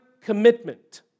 commitment